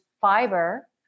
fiber